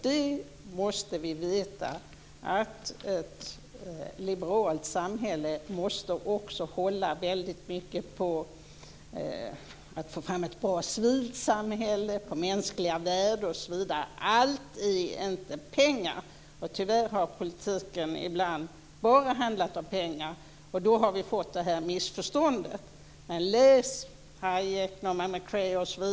Vi måste veta att ett liberalt samhälle måste hålla mycket på att få fram ett bra civilt samhälle, på mänskliga värden osv. Allt är inte pengar. Tyvärr har politiken ibland bara handlat om pengar. Då har vi fått detta missförstånd.